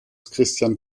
christian